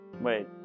Wait